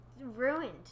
ruined